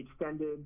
extended